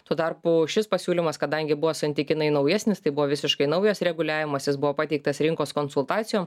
tuo tarpu šis pasiūlymas kadangi buvo santykinai naujesnis tai buvo visiškai naujas reguliavimas jis buvo pateiktas rinkos konsultacijom